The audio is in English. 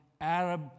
Arab